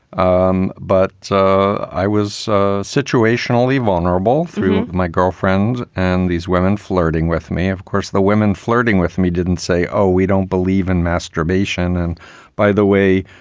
um but so i was so situationally vulnerable through my girlfriend and these women flirting with me. of course, the women flirting with me didn't say, oh, we don't believe in masturbation. and by the way,